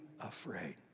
afraid